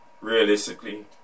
realistically